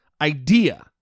idea